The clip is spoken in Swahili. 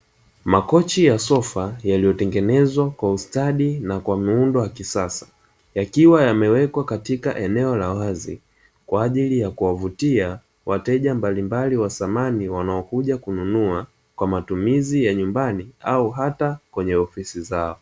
Makochi ya sofa yaliyotengenezwa kwa ustadi na kwa muundo wa kisasa, yakiwa yamewekwa katika eneo la wazi. Kwa ajili ya kuwavutia wateja mbalimbali wa samani, wanaokuja kununua kwa matumizi ya nyumbani au hata kwenye ofisi zao.